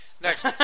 Next